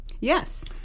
Yes